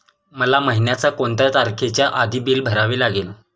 मला महिन्याचा कोणत्या तारखेच्या आधी बिल भरावे लागेल?